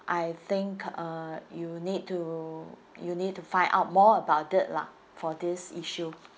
I think uh you need to you need to find out more about it lah for this issue